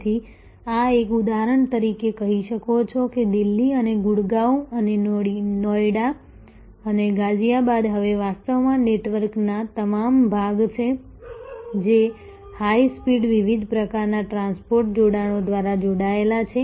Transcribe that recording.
તેથી આ તમે ઉદાહરણ તરીકે કહી શકો છો કે દિલ્હી અને ગુડગાંવ અને નોઇડા અને ગાઝિયાબાદ હવે વાસ્તવમાં નેટવર્કના તમામ ભાગ છે જે હાઇ સ્પીડ વિવિધ પ્રકારના ટ્રાન્સપોર્ટ જોડાણો દ્વારા જોડાયેલા છે